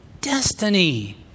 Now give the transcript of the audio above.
destiny